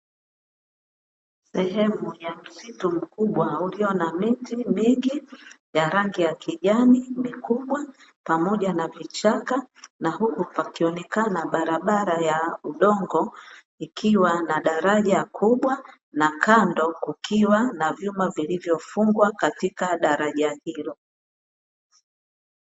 Sehemu ya msitu mkubwa ulio na miti mingi ya rangi ya kijani mikubwa pamoja na vichaka, na huku pakionekana barabara ya udongo, ikiwa na daraja kubwa na kando kukiwa na vyuma vilivyofungwa katika daraja hilo.